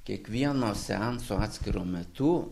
kiekvieno seanso atskiro metu